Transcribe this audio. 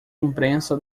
imprensa